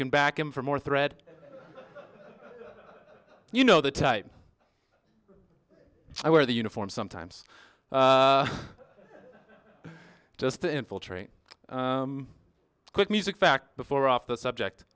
can back him for more thread you know the type i wear the uniform sometimes just to infiltrate good music fact before off the subject